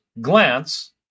glance